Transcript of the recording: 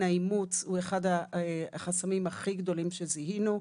האימוץ הוא אחד החסמים הכי גדולים שזיהינו,